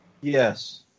Yes